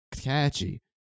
catchy